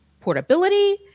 portability